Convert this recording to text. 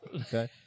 Okay